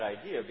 idea